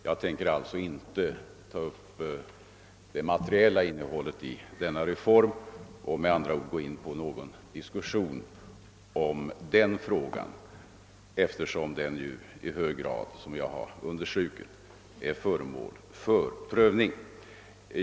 Jag tänker alltså inte ta upp det materiella innehållet i denna reform och gå in på någon diskussion om den frågan, eftersom den i hög grad, såsom jag understrukit, är föremål för prövning.